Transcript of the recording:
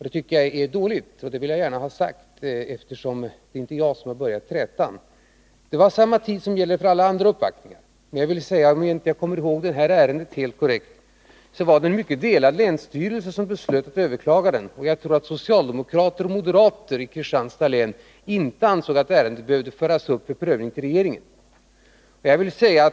Jag tycker att det är dåligt, och det vill jag gärna ha sagt, eftersom det inte är jag som har börjat trätan. Uppvaktningen fick samma tid som alla andra uppvaktningar. Om jag kommer ihåg ärendet korrekt, fanns det mycket delade meningar i länsstyrelsen när beslut fattades om överklagande. Jag tror att socialdemokrater och moderater i Kristianstads län inte ansåg att ärendet behövde föras upp till regeringen för prövning.